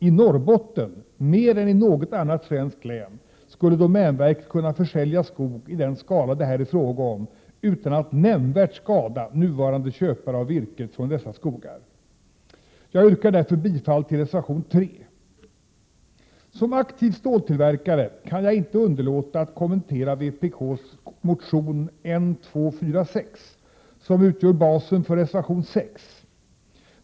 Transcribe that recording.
I Norrbotten — mer än i något annat svenskt län — skulle domänverket kunna försälja skog i den skala det här är fråga om utan att nämnvärt skada nuvarande köpare av virket från dessa skogar! Jag yrkar därför bifall till reservation 3. Som aktiv ståltillverkare kan jag inte underlåta att kommentera vpk:s motion N246, som utgör basen för reservation 6.